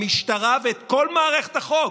המשטרה וכל מערכת החוק